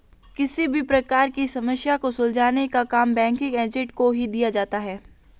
किसी भी प्रकार की समस्या को सुलझाने का काम बैंकिंग एजेंट को ही दिया जाता है